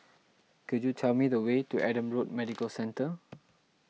could you tell me the way to Adam Road Medical Centre